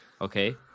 Okay